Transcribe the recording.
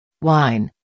wine